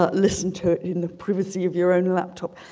ah listen to it in the privacy of your own laptop